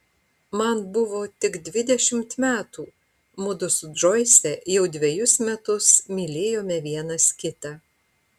man buvo tik dvidešimt metų mudu su džoise jau dvejus metus mylėjome vienas kitą